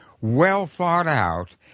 well-thought-out